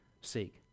seek